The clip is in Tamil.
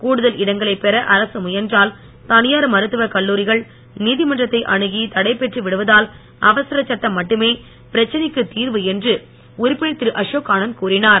கூடுதல் இடங்களைப் பெற அரசு முயன்றால் தனியார் மருத்துவக் கல்லூரிகள் நீதமன்றத்தை அணுகி தடை பெற்று விடுவதால் அவசரச் சட்டம் மட்டுமே பிரச்சனைக்கு திர்வு என்று உறுப்பினர் திரு அசோக் ஆனந்த் கூறினார்